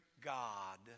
God